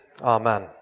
amen